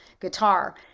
guitar